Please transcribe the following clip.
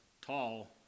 tall